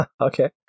Okay